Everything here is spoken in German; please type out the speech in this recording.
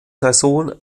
saison